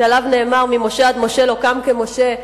שעליו נאמר "ממשה עד משה לא קם כמשה",